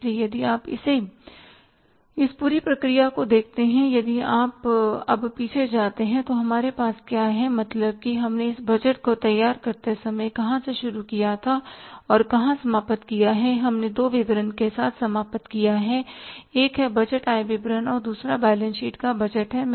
इसलिए यदि आप इस पूरी प्रक्रिया को देखते हैं यदि आप अब पीछे जाते हैं तो हमारे पास क्या है मतलब कि हमने इस बजट को तैयार करते समय कहां से शुरू किया था और कहां समाप्त किया है हमने 2 विवरण के साथ समाप्त किया है एक है बजट आय विवरण और दूसरा बैलेंस शीटका बजट है